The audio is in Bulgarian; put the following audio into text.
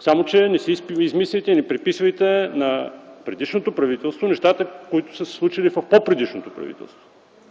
Само че не си измисляйте и не приписвайте на предишното правителство нещата, които са се случили в по предишното правителство.